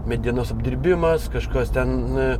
medienos apdirbimas kažkas ten